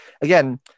again